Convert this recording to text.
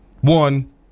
One